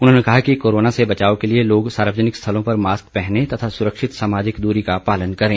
उन्होंने कहा कि कोरोना से बचाव के लिए लोग सार्वजनिक स्थलों पर मास्क पहने तथा सुरक्षित सामाजिक दूरी का पालन करें